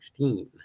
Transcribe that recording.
2016